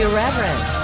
Irreverent